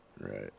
Right